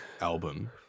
album